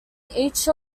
each